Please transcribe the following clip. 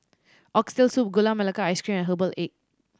Oxtail Soup Gula Melaka Ice Cream and herbal egg